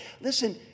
Listen